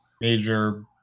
major